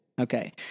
Okay